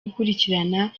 gukurikirana